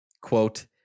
Quote